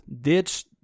ditch